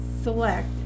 select